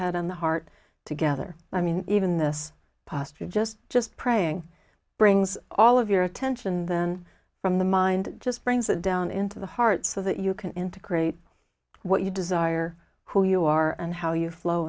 head on the heart together i mean even this posture just just praying brings all of your attention then from the mind just brings it down into the heart so that you can integrate what you desire who you are and how you flow